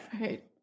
Right